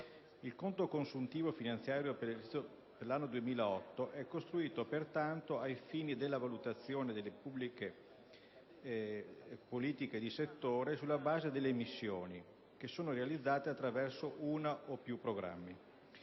Il conto consuntivo finanziario per l'anno 2008 è costruito pertanto, ai fini della valutazione delle politiche pubbliche di settore, sulla base delle missioni, che sono realizzate attraverso uno o più programmi.